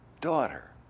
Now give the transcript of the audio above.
daughter